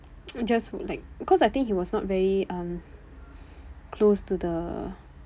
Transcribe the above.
just would like because I think he was not very um close to the